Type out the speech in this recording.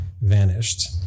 vanished